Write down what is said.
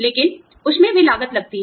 लेकिन उसमें भी लागत लगती है